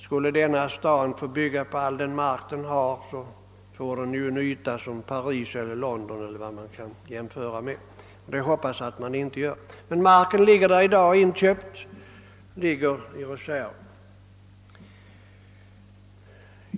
Skulle den här staden få bygga på all den mark den har till förfogande, skulle den få en yta som Paris eller London, något som jag hoppas att man inte strävar till.